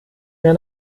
mehr